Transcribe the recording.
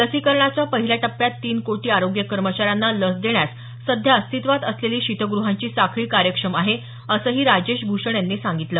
लसीकरणाच्या पहिल्या टप्प्यात तीन कोटी आरोग्य कर्मचाऱ्यांना लस देण्यास सध्या अस्तित्वात असलेली शीतगृहांची साखळी कार्यक्षम आहे असंही राजेश भूषण यांनी सांगितलं